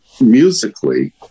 musically